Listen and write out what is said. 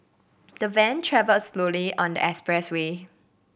the van travelled slowly on the expressway